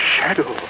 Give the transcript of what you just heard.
Shadow